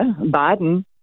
Biden